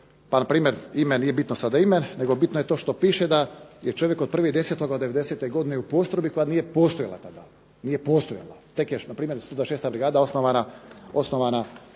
pa primjer ime, nije bitno sada ime, nego bitno je to što piše da je čovjek od 1.10. '90.-te godine u postrojbi koja nije postojala tada. Nije postojala, tek je na primjer 26. brigada osnovana